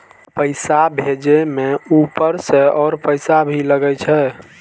पैसा भेजे में ऊपर से और पैसा भी लगे छै?